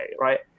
right